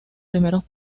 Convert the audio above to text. primeros